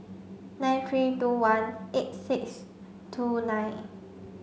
nine three two one eight six two nine